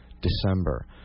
December